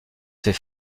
ses